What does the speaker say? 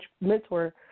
mentor